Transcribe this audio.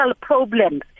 problems